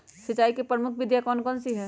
सिंचाई की प्रमुख विधियां कौन कौन सी है?